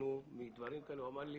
כשחששנו מדברים כאלה,